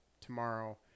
tomorrow